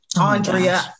Andrea